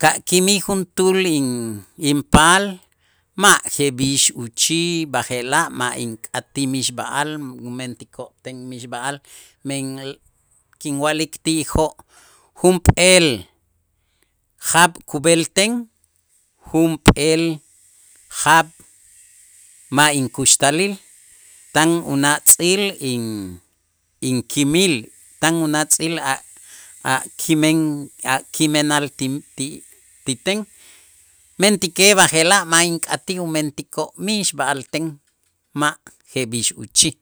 ka' kimij juntuul in- inpaal ma' jeb'ix uchij, b'aje'laj ma' ink'atij mixb'a'al umentikoo' ten mixb'a'al men kinwa'lik ti'ijoo', junp'eel jaab' kub'el ten junp'eel jaab' ma' inkuxtalil tan unatz'il in- inkimil, tan unatz'il a- a kimen a' kimenal ti- ti- ti ten, mentäkej b'aje'laj ma' ink'atij umentikoo' mixb'a'al ten, ma' jeb'ix uchij.